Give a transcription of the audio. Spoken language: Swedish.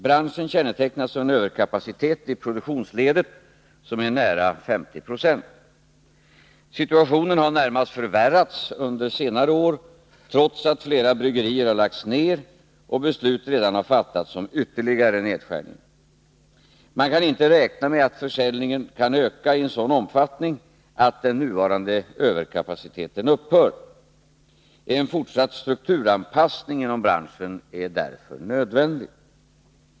Branschen kännetecknas av en överkapacitet i produktionsledet på nära 50 26. Situationen har närmast förvärrats under senare år, trots att flera bryggerier har lagts ned och beslut redan har fattats om ytterligare nedskärningar. Man kan inte räkna med att försäljningen kan öka i en sådan omfattning att den nuvarande överkapaciteten upphör. En fortsatt strukturanpassning inom branschen är därför nödvändig.